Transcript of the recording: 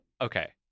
okay